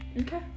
okay